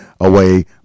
away